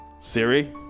Siri